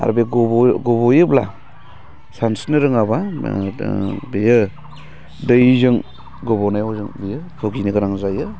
आरो बे गबयोब्ला सानस्रिनो रोङाबा नोङो दैजों गबनायाव जों बियो भुगिनो गोनां जायो